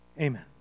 Amen